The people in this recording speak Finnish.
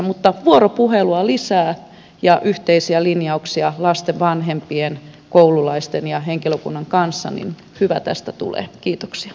mutta vuoropuhelua lisää ja yhteisiä linjauksia lasten vanhempien koululaisten ja henkilökunnan kanssa niin hyvä tästä tulee